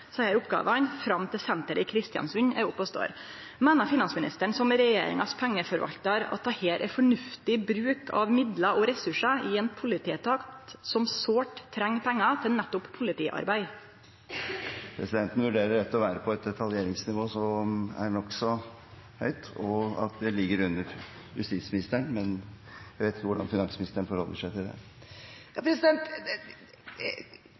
fram til at senteret i Kristiansund er oppe og står. Meiner finansministeren, som pengeforvaltaren i regjeringa, at dette er fornuftig bruk av midlar og ressursar i ein politietat som sårt treng pengar til nettopp politiarbeid? Presidenten vurderer dette til å være på et detaljnivå som er nokså høyt, og at det ligger under justisministeren, men jeg vet ikke hvordan finansministeren forholder seg til det.